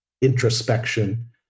introspection